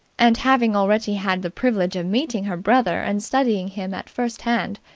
and having already had the privilege of meeting her brother and studying him at first hand,